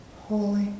holy